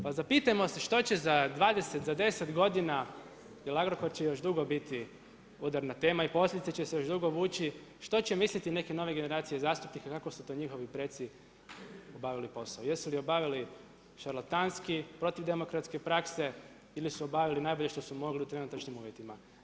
Pa zapitajmo što će za 20, za 10 godina, jel' Agrokor će još dugo biti udarna tema i posljedice će se još dugo vući, što će misliti neke nove generacije zastupnika kako su to njihovi preci obavili posao, jesu li obavili šarlatanski, protiv demokratske prakse ili su obavili najbolje što su mogli u trenutačnim uvjetima.